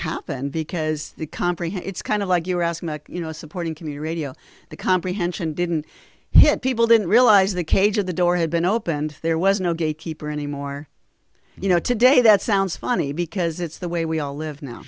happened because the comprehend it's kind of like you're asking you know supporting community the comprehension didn't hit people didn't realize the cage of the door had been opened there was no gate keeper anymore you know today that sounds funny because it's the way we all live now